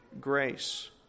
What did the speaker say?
grace